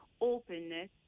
openness